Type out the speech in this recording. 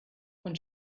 und